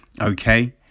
okay